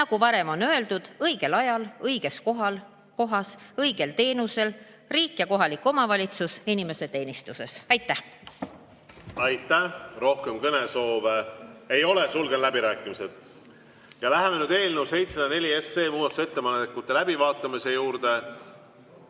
nagu varem on öeldud, õigel ajal õiges kohas õigel teenusel riik ja kohalik omavalitsus inimese teenistuses. Aitäh! Aitäh! Rohkem kõnesoove ei ole, sulgen läbirääkimised. Ja läheme nüüd eelnõu 704 muudatusettepanekute läbivaatamise juurde.